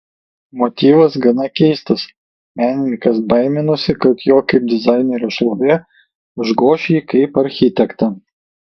motyvas gana keistas menininkas baiminosi kad jo kaip dizainerio šlovė užgoš jį kaip architektą